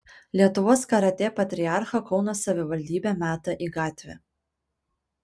lietuvos karatė patriarchą kauno savivaldybė meta į gatvę